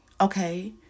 Okay